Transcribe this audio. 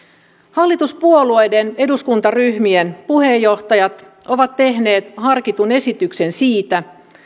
hallituspuolueiden eduskuntaryhmien puheenjohtajat ovat tehneet harkitun esityksen siitä